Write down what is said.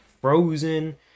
frozen